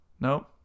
Nope